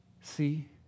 See